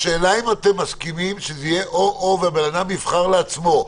השאלה היא האם אתם מסכימים שזה יהיה או-או והבן-אדם יבחר לעצמו?